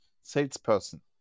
salesperson